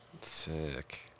Sick